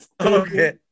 Okay